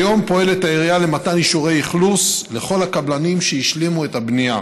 כיום העירייה פועלת למתן אישורי אכלוס לכל הקבלנים שהשלימו את הבנייה.